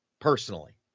personally